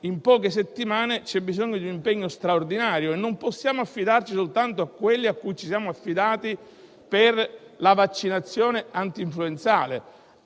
in poche settimane, c'è bisogno di un impegno straordinario e non possiamo affidarci soltanto a coloro cui ci siamo affidati per la vaccinazione antinfluenzale: